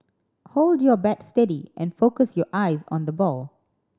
hold your bat steady and focus your eyes on the ball